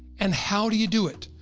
and how do you do it?